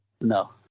No